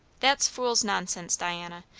that's fool's nonsense, diana.